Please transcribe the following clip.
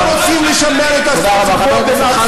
אנחנו לא רוצים לשמר את הסטטוס-קוו באל-אקצא,